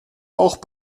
auch